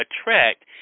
attract